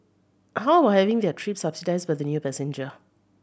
how having their trip subsidised by the new passenger